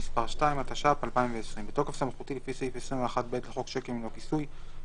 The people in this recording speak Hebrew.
(מס׳ 2) התש״ף־2020 בתוקף סמכותי לפי סעיף 21(ב) לחוק שיקים ללא כיסוי,